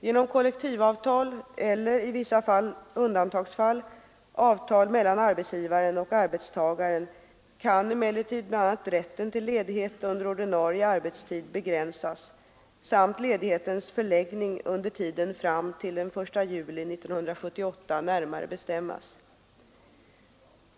Genom kollektivavtal eller, i vissa undantagsfall, avtal mellan arbetsgivaren och arbetstagaren kan emellertid bl.a. rätten till ledighet under ordinarie arbetstid begränsas samt ledighetens förläggning under tiden fram till den 1 juli 1978 närmare bestämmas.